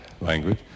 language